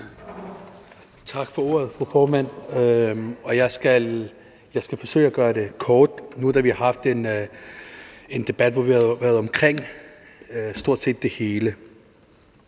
Tak for ordet, fru formand. Jeg skal forsøge at gøre det kort nu, da vi har haft en debat, hvor vi har været omkring stort set det hele.